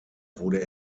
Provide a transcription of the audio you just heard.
wurde